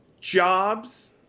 jobs